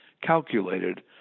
calculated